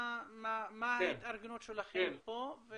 מה ההתארגנות שלכם פה?